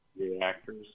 reactors